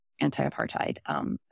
anti-apartheid